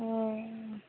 हूँ